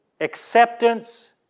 acceptance